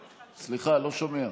סליחה, אני לא שומע.